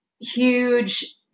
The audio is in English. huge